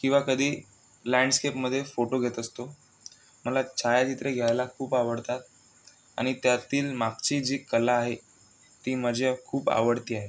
किंवा कधी लँडस्केपमध्ये फोटो घेत असतो मला छायाचित्रे घ्यायला खूप आवडतात आणि त्यातील मागची जी कला आहे ती माझ्या खूप आवडती आहे